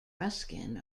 ruskin